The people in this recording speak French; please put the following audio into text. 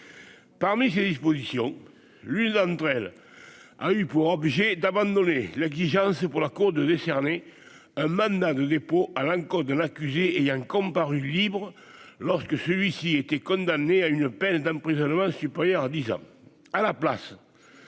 parmi ces dispositions, l'une d'entre elles a eu pour objet d'abandonner l'exigence pour la Cour de décerner un mandat de dépôt à l'encontre de l'accusé ayant comparu libres lorsque celui-ci était condamné à une peine d'emprisonnement supérieure à 10 ans